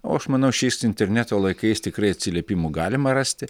o aš manau šiais interneto laikais tikrai atsiliepimų galima rasti